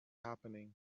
happening